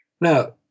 Now